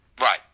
Right